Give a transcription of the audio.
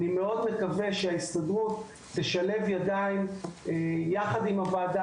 אני מאוד מקווה שההסתדרות תשלב ידיים יחד עם הוועדה